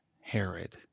Herod